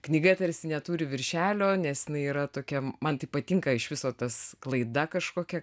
knyga tarsi neturi viršelio nes jinai yra tokia man tai patinka iš viso tas klaida kažkokia